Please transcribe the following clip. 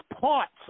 parts